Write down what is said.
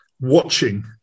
watching